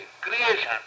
creation